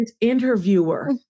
interviewer